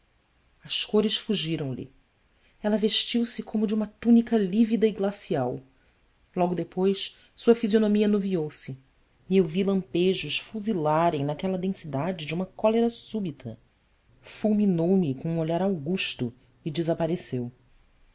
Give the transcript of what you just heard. as cores fugiram lhe ela vestiu-se como de uma túnica lívida e glacial logo depois sua fisionomia anuviou se e eu vi lampejos fuzilarem naquela densidade de uma cólera súbita fulminou me com um olhar augusto e desapareceu